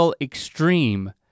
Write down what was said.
extreme